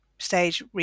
stage